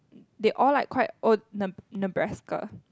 they all like quite old Ne~ Nebraska